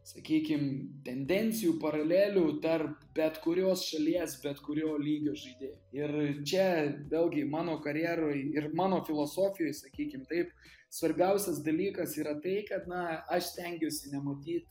sakykim tendencijų paralelių tarp bet kurios šalies bet kurio lygio žaidėjų ir čia vėlgi mano karjeroj ir mano filosofijoj sakykim taip svarbiausias dalykas yra tai kad na aš stengiuosi nematyt